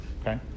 Okay